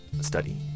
study